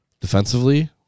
defensively